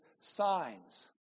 signs